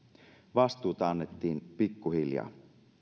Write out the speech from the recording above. vastuuta annettiin pikkuhiljaa